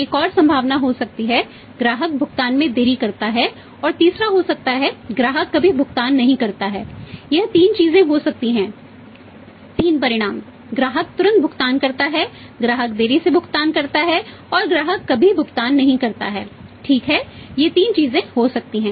एक और संभावना हो सकती है ग्राहक भुगतान में देरी करता है और तीसरा हो सकता है ग्राहक कभी भुगतान नहीं करता है ये 3 चीजें हो सकती हैं 3 परिणाम ग्राहक तुरंत भुगतान करता है ग्राहक देरी से भुगतान करता है और ग्राहक कभी भुगतान नहीं करता है ठीक है ये तीन चीजें हो सकती हैं